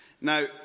Now